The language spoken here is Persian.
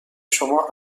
شما